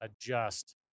adjust